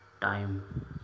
Time